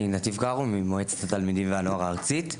אני נתיב קארו ממועצת התלמידים והנוער הארצית.